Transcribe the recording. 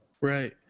Right